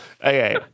Okay